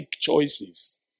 choices